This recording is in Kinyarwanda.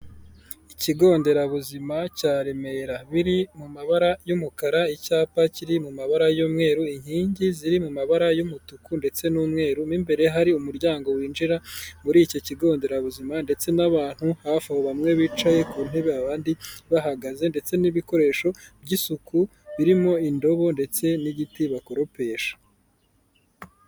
Ikigo nderabuzima cya Remera. Biri mu mabara y'umukara, icyapa kiri mu mabara y'umweru, inkingi ziri mu mabara y'umutuku ndetse n'umweru. Mo imbere hari umuryango winjira muri icyo kigo nderabuzima, ndetse n'abantu hafi aho bamwe bicaye ku ntebe abandi bahagaze, ndetse n'ibikoresho by'isuku birimo indobo, ndetse n'igiti bakoropesha.